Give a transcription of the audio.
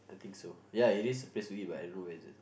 think so ya it is basically but everywhere is a thing so